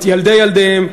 את ילדי ילדיהם,